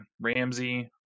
Ramsey